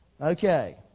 Okay